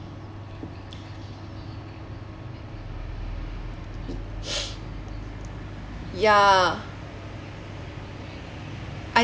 ya I